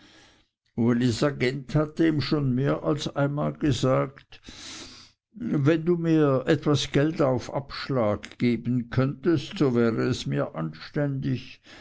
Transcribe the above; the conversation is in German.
hatte ihm schon mehr als einmal gesagt wenn du mir etwas geld auf abschlag geben könntest so wäre es mir anständig